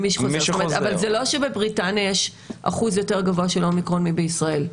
אבל זה לא שבבריטניה יש אחוז יותר גבוה של אומיקרון מבישראל,